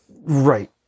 Right